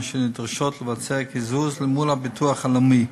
אשר נדרשות לבצע קיזוז מול הביטוח הלאומי.